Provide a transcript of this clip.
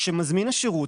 כשמזמין השירות,